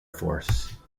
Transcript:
force